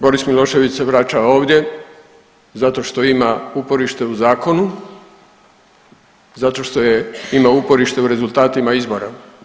Boris Milošević se vraća ovdje zato što ima uporište u zakonu, zato što je, ima uporište u rezultatima izbora.